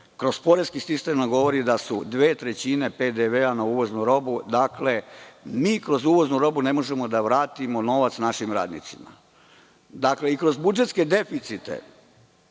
Poreski sistem nam govori da je dve trećine PDV na uvoznu robu. Dakle, mi kroz uvoznu robu ne možemo da vratimo novac našim radnicima. I kroz budžetske deficite